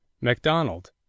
MacDonald